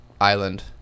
island